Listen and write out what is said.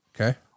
Okay